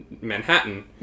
Manhattan